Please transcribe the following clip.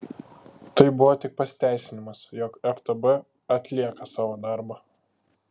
tai buvo tik pasiteisinimas jog ftb atlieka savo darbą